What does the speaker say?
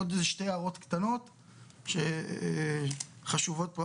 עוד שתי הערות קטנות שחשובות פה.